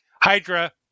Hydra